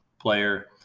player